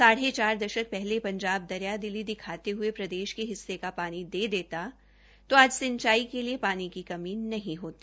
साढ़े चार दशक पहले पंजाब दरियादिली दिखाते हुए प्रदेश हिस्से का पानी दे देता तो आज सिंचाई के लिए पानी की कमी नहीं होती